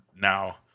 now